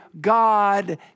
God